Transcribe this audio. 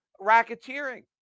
racketeering